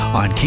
on